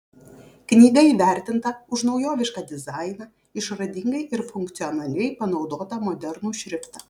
knyga įvertinta už naujovišką dizainą išradingai ir funkcionaliai panaudotą modernų šriftą